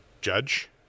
judge